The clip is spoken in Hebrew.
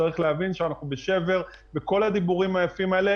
שקמים בכל בוקר כדי לעשות את הדברים החשובים האלה,